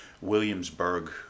Williamsburg